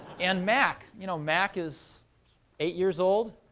and mac, you know, mac is eight years old,